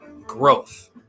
growth